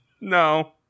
No